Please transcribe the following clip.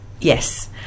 Yes